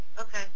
Okay